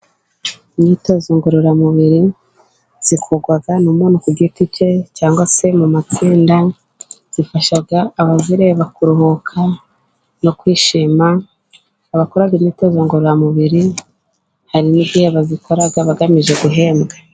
Imyitozo ngororamubiri zikorwa n'umuntu ku giti cye cyangwa se mu matsinda, zifasha abazireba kuruhuka no kwishima, abakora imyitozo ngororamubiri hari n'igihe bazikora bagamije guhembwa.